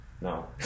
No